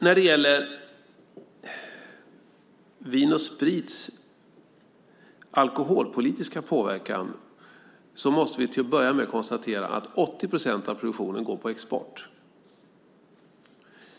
När det gäller Vin & Sprits alkoholpolitiska påverkan måste vi till att börja med konstatera att 80 procent av produktionen går på export.